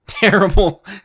Terrible